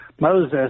Moses